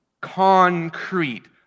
concrete